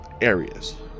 areas